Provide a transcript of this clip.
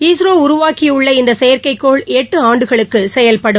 இஸ்ரோ உருவாக்கியுள்ள இந்த செயற்கைக்கோள் எட்டு ஆண்டுகளுக்கு செயல்படும்